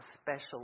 special